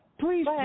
Please